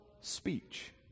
speech